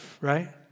right